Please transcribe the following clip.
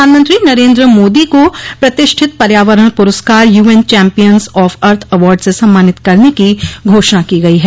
प्रधानमंत्री नरेन्द्र मादी को प्रतिष्ठित पर्यावरण पुरस्कार UN champions of earth award से सम्मानित करने को घोषणा की गई है